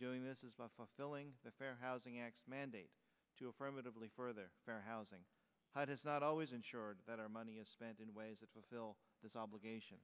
doing this is by fulfilling the fair housing act mandate to affirmatively for the fair housing how does not always ensure that our money is spent in ways that fulfill this obligation